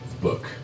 book